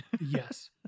Yes